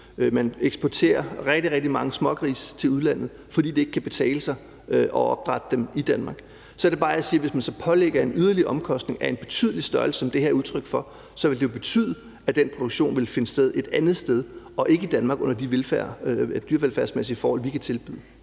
man eksporterer rigtig, rigtig mange smågrise til udlandet, fordi det ikke kan betale sig at opdrætte dem i Danmark – såer det bare, jeg siger, at hvis man så pålægger en yderligere omkostning af en betydelig størrelse, som det her er udtryk for, så vil det jo betyde, at den produktion vil finde sted et andet sted og ikke i Danmark under de dyrevelfærdsmæssige forhold, vi kan tilbyde.